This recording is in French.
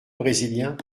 brésilien